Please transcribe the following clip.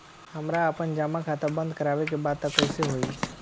हमरा आपन जमा खाता बंद करवावे के बा त कैसे होई?